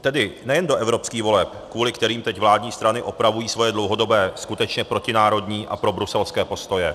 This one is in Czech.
Tedy nejen do evropských voleb, kvůli kterým teď vládní strany opravují svoje dlouhodobé, skutečně protinárodní a probruselské postoje.